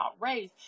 race